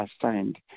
assigned